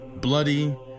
bloody